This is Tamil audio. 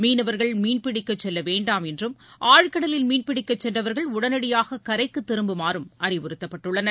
மீனவர்கள் மீன்பிடிக்க செல்லவேண்டாம் என்றும் ஆழ்கடலில் மீன்பிடிக்க சென்றவர்கள் உடனடியாக கரைக்கு திரும்புமாறு அறிவுறுத்தப்பட்டுள்ளனர்